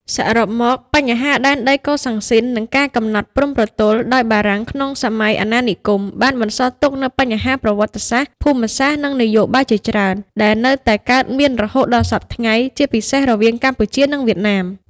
សរុបមក បញ្ហាដែនដីកូសាំងស៊ីន និងការកំណត់ព្រំប្រទល់ដោយបារាំងក្នុងសម័យអាណានិគម បានបន្សល់ទុកនូវបញ្ហាប្រវត្តិសាស្ត្រ ភូមិសាស្ត្រ និងនយោបាយជាច្រើន ដែលនៅតែកើតមានរហូតដល់សព្វថ្ងៃ ជាពិសេសរវាងកម្ពុជា និងវៀតណាម។